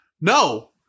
no